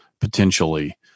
potentially